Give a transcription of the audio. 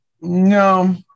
No